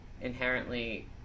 inherently